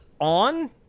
on